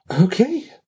Okay